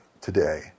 today